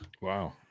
Wow